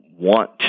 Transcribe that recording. want